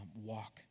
walk